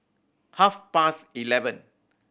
half past eleven